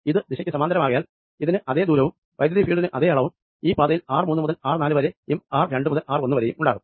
ഇത് ദിശക്ക് സമാന്തരമാകയാൽ ഇതിന് അതെ ദൂരവും ഇലക്ട്രിക് ഫീൽഡിന് അതെ അളവും ഈ പാതയിൽ ആർ മൂന്നു മുതൽ ആർ നാലു വരെയും ആർ രണ്ടു മുതൽ ആർ ഒന്ന് വരെയും ഉണ്ടാകും